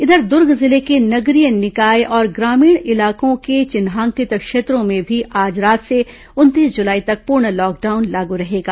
इधर दूर्ग जिले के नगरीय निकाय और ग्रामीण इलाकों के चिन्हांकित क्षेत्रों में बाईस जुलाई की रात से उनतीस जुलाई तक पूर्ण लॉकडाउन लागू रहेगा